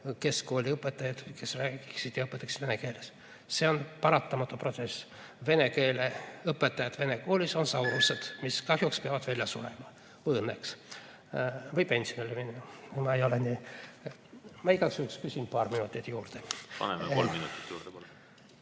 keskkooliõpetajaid, kes räägiksid ja õpetaksid vene keeles. See on paratamatu protsess. Vene keele õpetajad vene koolis on saurused, kes kahjuks peavad välja surema või õnneks siiski pensionile minema. Ma ei ole nii ... Ma igaks juhuks küsin paar minutit juurde. Paneme kolm minutit juurde.